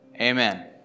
Amen